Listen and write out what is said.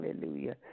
Hallelujah